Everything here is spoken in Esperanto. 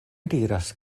diras